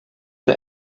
der